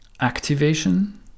activation